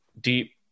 deep